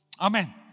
Amen